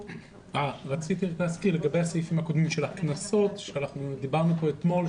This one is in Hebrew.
רציתי להזכיר לגבי הסעיפים הקודמים של הקנסות עליהם דיברנו אתמול.